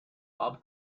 bob